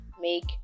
Make